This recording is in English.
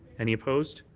any opposed?